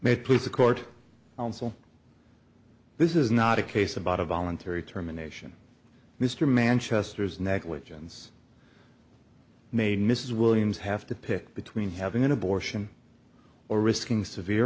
may please the court will this is not a case about a voluntary terminations mr manchester's negligence made mrs williams have to pick between having an abortion or risking severe